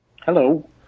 Hello